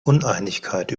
uneinigkeit